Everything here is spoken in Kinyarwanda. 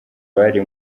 bari